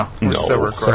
No